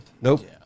Nope